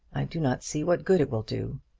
i do not see what good it will do.